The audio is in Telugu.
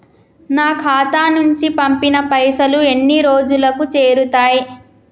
నా ఖాతా నుంచి పంపిన పైసలు ఎన్ని రోజులకు చేరుతయ్?